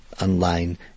online